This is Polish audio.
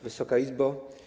Wysoka Izbo!